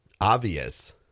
obvious